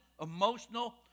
emotional